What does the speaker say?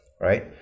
right